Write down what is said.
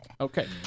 Okay